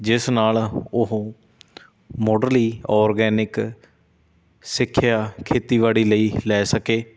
ਜਿਸ ਨਾਲ ਉਹ ਮੁੱਢਲੀ ਔਰਗੈਨਿਕ ਸਿੱਖਿਆ ਖੇਤੀਬਾੜੀ ਲਈ ਲੈ ਸਕੇ